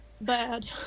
Bad